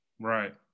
Right